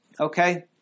okay